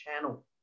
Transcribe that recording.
channel